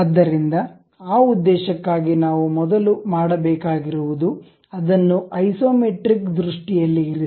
ಆದ್ದರಿಂದ ಆ ಉದ್ದೇಶಕ್ಕಾಗಿ ನಾವು ಮೊದಲು ಮಾಡಬೇಕಾಗಿರುವುದು ಅದನ್ನು ಐಸೊಮೆಟ್ರಿಕ್ ದೃಷ್ಟಿಯಲ್ಲಿ ಇರಿಸಿ